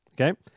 okay